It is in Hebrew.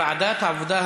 לוועדת העבודה,